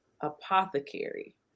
apothecary